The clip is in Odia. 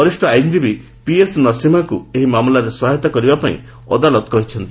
ବରିଷ୍ଣ ଆଇନଜୀବୀ ପିଏସ୍ ନରସିମ୍ହାଙ୍କୁ ଏହି ମାମଲାରେ ସହାୟତା କରିବାପାଇଁ ଅଦାଲତ କହିଛନ୍ତି